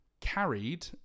carried